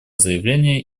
заявление